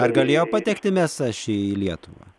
ar galėjo patekti mėsa ši lietuvą